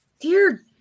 Dear